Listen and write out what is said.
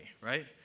right